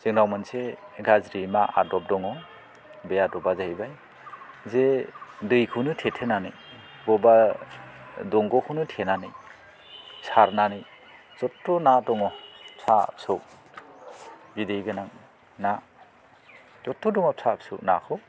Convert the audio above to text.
जोंनाव मोनसे गाज्रि बा आदब दङ बे आदबा जाहैबाय जे दैखौनो थेथेनानै बबेबा दंग'खौनो थेनानै सारनानै जथ्थ' ना दङ फिसा फिसौ बिदै गोनां ना जथ्थ' दङ फिसा फिसौ नाखौ